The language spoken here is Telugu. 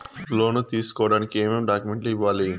లోను తీసుకోడానికి ఏమేమి డాక్యుమెంట్లు ఉండాలి